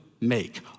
make